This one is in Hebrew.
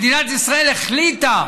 שמדינת ישראל החליטה